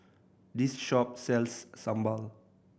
this shop sells sambal